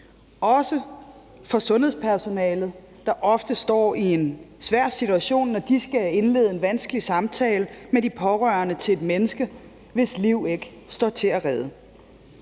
hensyn til sundhedspersonalet, der ofte står i en svær situation, når de skal indlede en vanskelig samtale med de pårørende til et menneske, hvis liv ikke står til at redde.